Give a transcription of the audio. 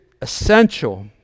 essential